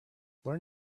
learn